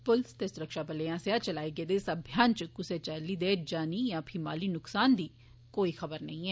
पुलस ते सुरक्षाबलें आस्सेआ चलाए गेदे इस अभियान च कुसै चाल्ली दे जानी जां फ्ही माली नसकान दी कोई खबर नेई ऐ